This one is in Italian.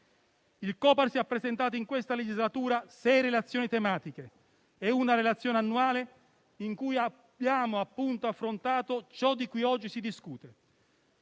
Il Copasir ha presentato in questa legislatura sei relazioni tematiche e una relazione annuale in cui ha appunto affrontato ciò di cui oggi si discute.